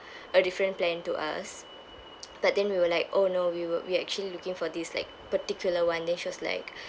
a different plan to us but then we were like oh no we were we actually looking for this like particular one then she was like